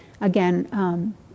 Again